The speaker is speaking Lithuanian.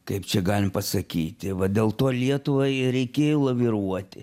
kaip čia galim pasakyti va dėl to lietuvai reikėjo laviruoti